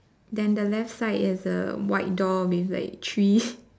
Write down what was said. then the left side is a white door with like tree